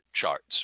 charts